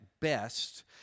best